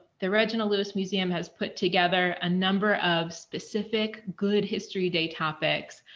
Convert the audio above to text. the reginald lewis museum has put together a number of specific good history day topics.